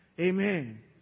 Amen